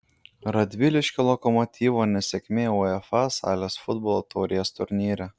radviliškio lokomotyvo nesėkmė uefa salės futbolo taurės turnyre